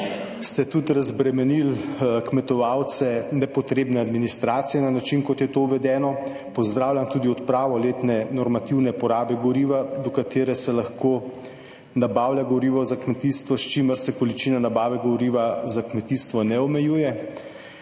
ste tudi razbremenili kmetovalce nepotrebne administracije na način, kot je to uvedeno. Pozdravljam tudi odpravo letne normativne porabe goriva, do katere se lahko nabavlja gorivo za kmetijstvo, s čimer se količina nabave goriva za kmetijstvo ne omejuje.